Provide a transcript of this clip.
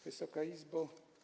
Wysoka Izbo!